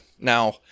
Now